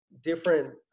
different